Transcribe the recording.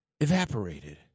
evaporated